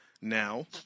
Now